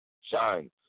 Shine